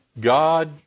God